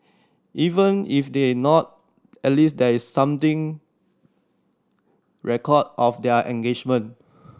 even if they're not at least there is something record of their engagement